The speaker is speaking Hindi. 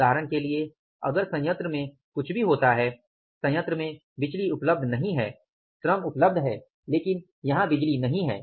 उदाहरण के लिए अगर संयंत्र में कुछ भी होता है संयंत्र में बिजली उपलब्ध नहीं है श्रम उपलब्ध है लेकिन यहां बिजली नहीं है